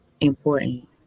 important